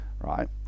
right